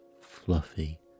fluffy